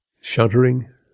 shuddering